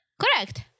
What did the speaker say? Correct